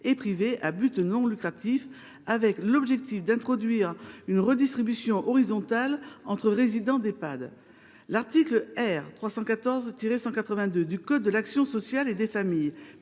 et privés à but non lucratif, l’objectif étant d’introduire une redistribution horizontale entre les résidents d’Ehpad. L’article R. 314 182 du code de l’action sociale et des familles